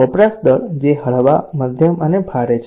વપરાશ દર જે હળવા મધ્યમ અથવા ભારે છે